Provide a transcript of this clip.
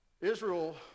Israel